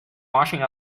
washing